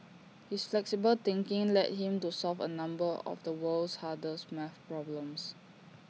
his flexible thinking led him to solve A number of the world's hardest math problems